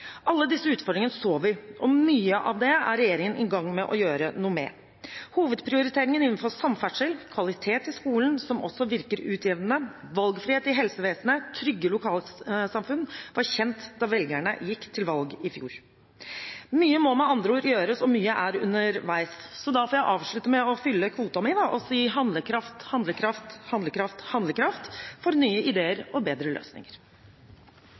Alle disse utfordringene så vi, og mye av det er regjeringen i gang med å gjøre noe med. Hovedprioriteringene innenfor samferdsel, kvalitet i skolen – som også virker utjevnende – valgfrihet i helsevesenet og trygge lokalsamfunn var kjent da velgerne gikk til valg i fjor. Mye må med andre ord gjøres, og mye er underveis. Så da får jeg avslutte med å fylle kvoten min og si «handlekraft, handlekraft, handlekraft, handlekraft for nye ideer og bedre løsninger».